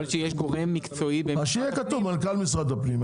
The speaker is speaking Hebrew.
אז שיהיה כתוב מנכ"ל משרד הפנים.